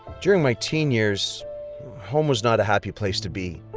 during my teen years home was not a happy place to be,